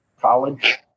college